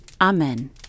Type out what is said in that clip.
Amen